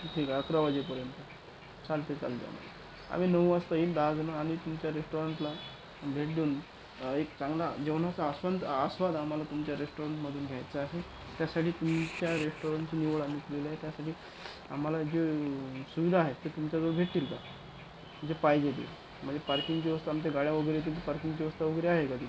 ठीक आहे अकरा वाजेपर्यंत चालतंय चालतंय आम्हाला आम्ही नऊ वास्ता येईन दहा जणं आणि तुमच्या रेस्टॉरंटला भेट देऊन एक चांगला जेवणाचा आस्वंद आस्वाद आम्हाला तुमच्या रेस्टोरंटमधून घ्यायचा आहे त्यासाठी तुमच्या रेस्टॉरंटची निवड आम्ही केलेली आहे त्यासाठी आम्हाला जे सुविधा आहेत ते तुमच्याजवळ भेटतील का जे पाहिजे ते म्हणजे पार्किंगची व्यवस्था आमच्या गाड्या वगैरे त्याची पार्किंगची व्यवस्था वगैरे आहे का तिथं